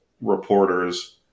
reporters